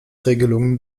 regelungen